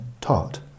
taught